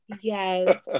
yes